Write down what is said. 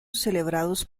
celebrados